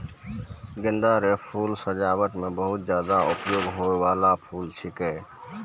गेंदा रो फूल सजाबट मे बहुत ज्यादा उपयोग होय बाला फूल छिकै